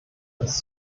dass